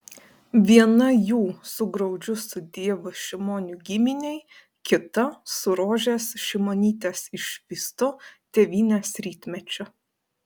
viena jų su graudžiu sudiev šimonių giminei kita su rožės šimonytės išvystu tėvynės rytmečiu